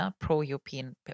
pro-European